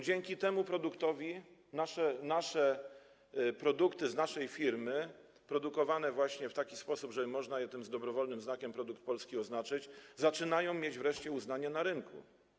Dzięki temu programowi nasze produkty, z naszej firmy, produkowane właśnie w taki sposób, że można je tym dobrowolnym znakiem „Produkt polski” oznaczyć, zaczynają mieć wreszcie uznanie na rynku.